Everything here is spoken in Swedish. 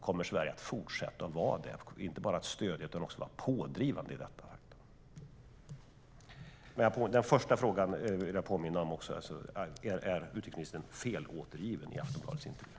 Kommer Sverige att fortsätta att vara det, alltså inte bara stödja utan också vara pådrivande i detta?